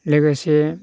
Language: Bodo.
लोगोसे